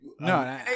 no